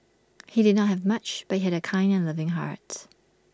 he did not have much but he had A kind and loving heart